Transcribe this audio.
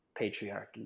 patriarchy